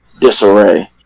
disarray